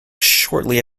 shortly